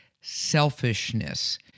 selfishness